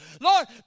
Lord